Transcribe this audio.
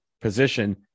position